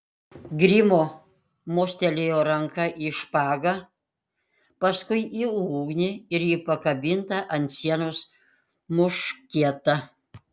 grimo mostelėjo ranka į špagą paskui į ugnį ir į pakabintą ant sienos muškietą